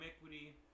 equity